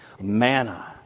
Manna